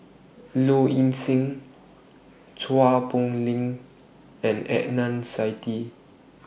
Low Ing Sing Chua Poh Leng and Adnan Saidi